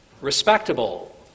respectable